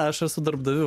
aš esu darbdavių